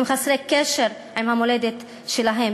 הם חסרי קשר עם המולדת שלהם.